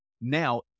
Now